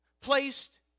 placed